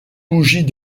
bougies